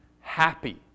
Happy